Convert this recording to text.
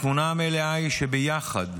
התמונה המלאה היא שביחד,